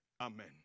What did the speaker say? Amen